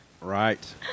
Right